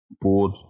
board